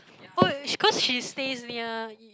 oh cause she stays near y~